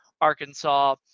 Arkansas